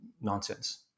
nonsense